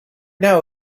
now